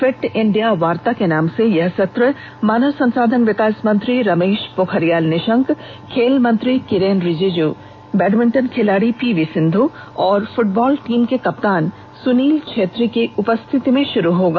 fit India वार्ता के नाम से यह सत्र मानव संसाधन विकास मंत्री रमेश पोखरियाल निशंक खेल मंत्री किरेन रिजीजू बैडमिंटन खिलाड़ी पी वी सिंध् और फ्रटबॉल टीम के कप्ताीन सुनील छेत्री के उपस्थिति में आज शुरू होगा